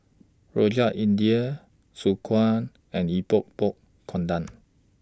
Rojak India Soon Kway and Epok Epok Kentang